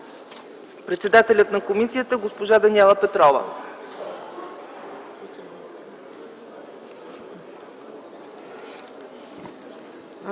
председателят на комисията госпожа Даниела Петрова.